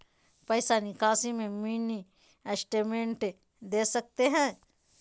पैसा निकासी में मिनी स्टेटमेंट दे सकते हैं?